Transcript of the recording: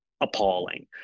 appalling